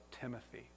Timothy